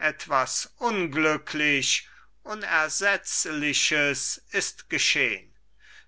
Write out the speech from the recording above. etwas unglücklich unersetzliches ist geschehn